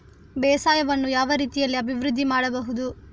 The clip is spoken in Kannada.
ಬೇಸಾಯವನ್ನು ಯಾವ ರೀತಿಯಲ್ಲಿ ಅಭಿವೃದ್ಧಿ ಮಾಡಬಹುದು?